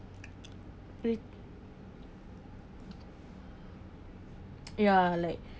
re~ ya like